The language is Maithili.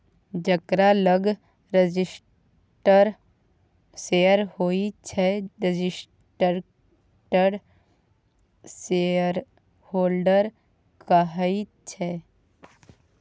जकरा लग रजिस्टर्ड शेयर होइ छै रजिस्टर्ड शेयरहोल्डर कहाइ छै